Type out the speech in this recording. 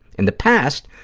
in the past,